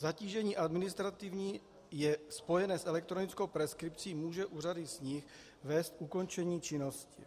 Zatížení administrativní spojené s elektronickou preskripcí může u řady z nich vést k ukončení činnosti.